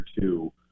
two